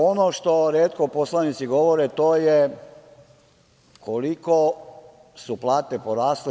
Ono što retko poslanici govore, to je koliko su plate porasle.